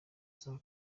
saa